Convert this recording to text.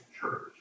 Church